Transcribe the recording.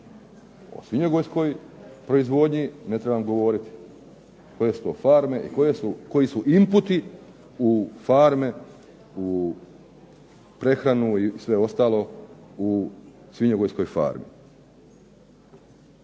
O svinjogojskoj proizvodnji ne trebam govoriti koje su to farme i koji su inputi u farme, u prehranu i sve ostalo u svinjogojskoj farmi.